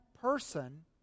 person